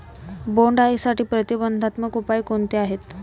बोंडअळीसाठी प्रतिबंधात्मक उपाय कोणते आहेत?